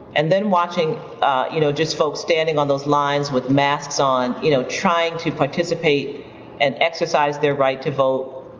and then watching ah you know just folks standing on those lines with masks on you know trying to participate and exercise their right to vote,